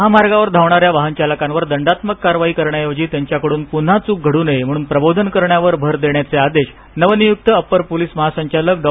महामार्गावर धावणाऱ्या वाहन चालकावर दंडात्मक कारवाई करण्याऐवजी त्यांच्याकडून पुन्हा चूक घडू नये म्हणून प्रबोधन करण्यावर भर देण्याचे आदेश नवनियुक्त अपर पोलीस महासंचालक डॉ